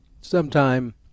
Sometime